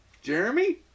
Jeremy